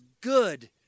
good